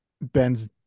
Ben's